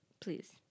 please